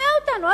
תשכנע אותנו.